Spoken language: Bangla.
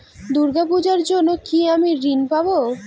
দূর্গা পূজার জন্য কি আমি ঋণ পাবো?